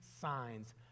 signs